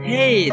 Hey